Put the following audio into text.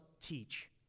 teach